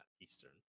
Eastern